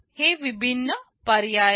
हे विभिन्न पर्याय आहेत